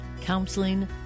counseling